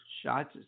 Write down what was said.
shots